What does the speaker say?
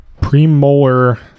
premolar